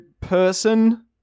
person